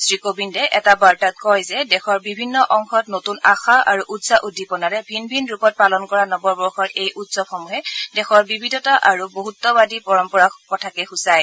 শ্ৰীকোৱিন্দে এটা বাৰ্তাত কয় যে দেশৰ বিভিন্ন অংশত নতূন আশা আৰু উৎসাহ উদ্দীপনাৰে ভিন ভিন ৰূপত পালন কৰা নৱবৰ্যৰ এই উৎসৱসমূহে দেশৰ বিবিধতা আৰু বহুত্বাদী পৰম্পৰাৰ কথাকে সূচায়